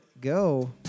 go